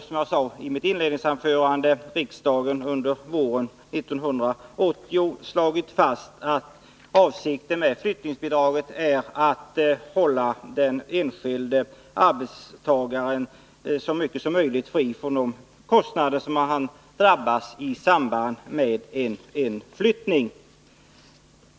Som jag sade i mitt inledningsanförande har riksdagen under våren 1980 slagit fast att avsikten med flyttningsbidraget är att så mycket som möjligt befria den enskilde arbetstagaren från de kostnader som drabbar honom i samband med en flyttning.